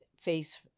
face